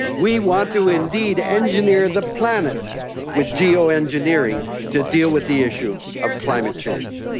we want to indeed engineer the planet with geo-engineering to deal with the issue of climate change.